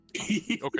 Okay